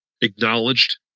acknowledged